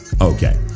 Okay